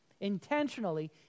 intentionally